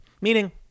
meaning